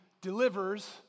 delivers